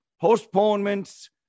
postponements